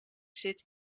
zit